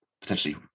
potentially